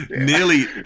Nearly